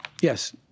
Yes